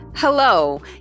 hello